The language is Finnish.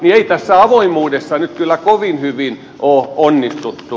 ei tässä avoimuudessa nyt kyllä kovin hyvin ole onnistuttu